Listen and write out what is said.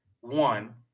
One